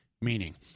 Meaning